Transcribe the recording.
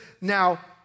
now